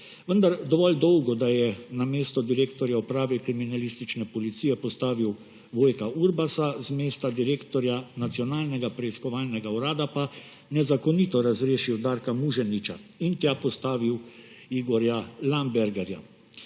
vendar dovolj dolgo, da je na mesto direktorja Uprave kriminalistične policije postavil Vojka Urbasa, z mesta direktorja Nacionalnega preiskovalnega urada pa nezakonito razrešil Darka Muženiča in tja postavil Igorja Lambergerja.